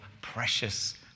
precious